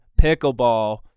pickleball